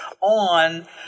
on